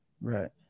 Right